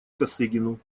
косыгину